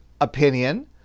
opinion